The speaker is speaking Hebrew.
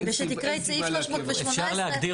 וכשנקרא את סעיף 318. אפשר להגדיר,